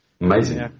Amazing